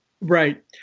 Right